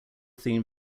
theme